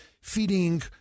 feeding